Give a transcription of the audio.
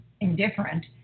indifferent